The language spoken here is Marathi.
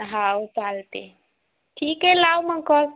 हो चालते ठीक आहे लाव मग कॉल